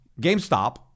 gamestop